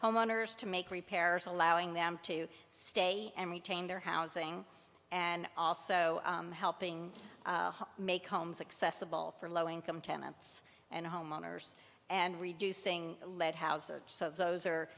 homeowners to make repairs allowing them to stay and retain their housing and also helping make homes accessible for low income tenants and homeowners and reducing lead house